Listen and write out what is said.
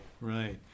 Right